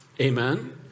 Amen